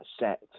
set